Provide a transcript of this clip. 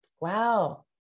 Wow